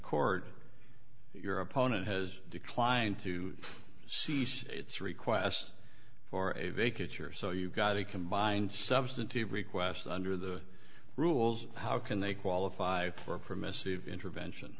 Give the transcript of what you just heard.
court your opponent has declined to cease its request for a vacant you're so you've got a combined substantive request under the rules how can they qualify for a permissive intervention